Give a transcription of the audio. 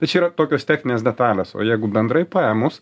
tai čiauyra tokios techninės detalės o jeigu bendrai paėmus